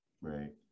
Right